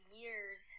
years